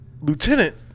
Lieutenant